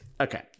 Okay